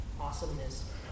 awesomeness